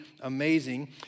amazing